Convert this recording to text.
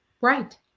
Right